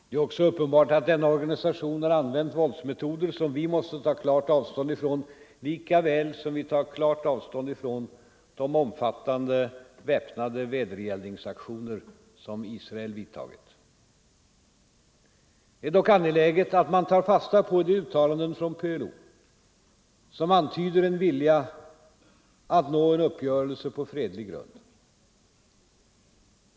Det är också uppenbart att denna organisation har använt våldsmetoder som vi måste ta klart avstånd från, likaväl som vi tar klart avstånd från de omfattande väpnade vedergällningsaktioner som Israel vidtagit. Det är dock angeläget 123 att man tar fasta på de uttalanden från PLO som antyder en vilja att nå en uppgörelse på fredlig grund.